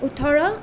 ওঠৰ